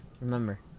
Remember